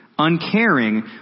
uncaring